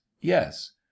yes